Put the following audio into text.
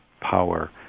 power